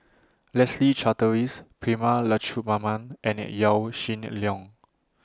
Leslie Charteris Prema Letchumanan and Yaw Shin Leong